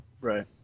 Right